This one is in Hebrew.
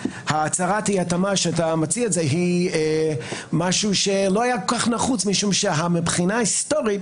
הצהרת אי-ההתאמה היא משהו שלא היה כל-כך נחוץ משום שמבחינה היסטורית